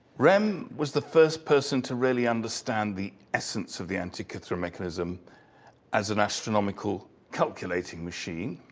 rehm was the first person to really understand the essence of the antikythera mechanism as an astronomical calculating machine.